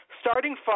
starting